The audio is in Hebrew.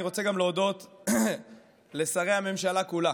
אני רוצה גם להודות לשרי הממשלה כולה,